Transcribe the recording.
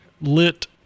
lit